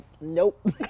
nope